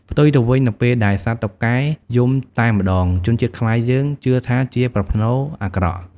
ផ្ទុយទៅវិញ នៅពេលដែលសត្វតុកែយំតែម្ដង ជនជាតិខ្មែរយើងជឿថាជាប្រផ្នូលអាក្រក់។